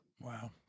Wow